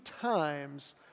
times